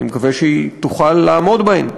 אני מקווה שהיא תוכל לעמוד בהן.